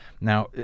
Now